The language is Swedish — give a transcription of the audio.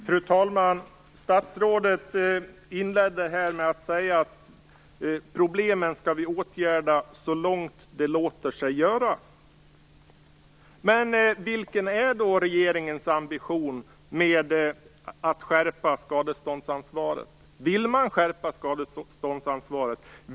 Fru talman! Statsrådet inledde med att säga att problemen skall åtgärdas så långt det låter sig göras. Men vilken är då regeringens ambition när det gäller att skärpa skadeståndsansvaret? Vill man skärpa skadeståndsansvaret?